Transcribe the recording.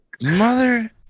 Mother